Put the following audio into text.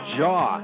jaw